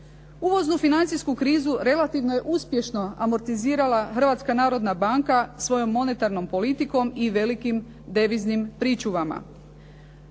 Uvoznu financijsku krizu vjerojatno je uspješno amortizirala Hrvatska narodna banka svojom monetarnom politikom i veliki deviznim pričuvama.